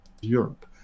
Europe